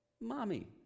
Mommy